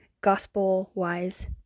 gospel-wise